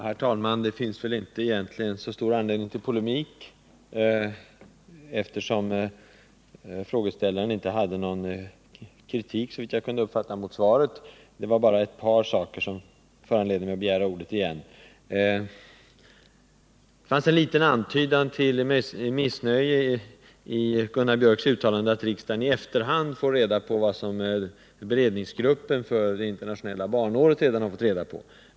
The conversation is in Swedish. Herr talman! Det finns egentligen inte så stor anledning till polemik, eftersom frågeställaren såvitt jag kunde uppfatta inte hade någon kritik att anföra mot svaret. Men ett par saker som Gunnar Biörck i Värmdö sade föranledde mig att begära ordet igen. Det fanns en liten antydan till missnöje i Gunnar Biörcks uttalande att riksdagen i efterhand får veta vad beredningsgruppen för det internationella barnåret har fått reda på.